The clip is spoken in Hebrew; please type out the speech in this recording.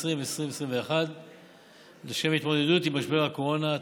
2020 2021 לשם התמודדות עם משבר הקורונה),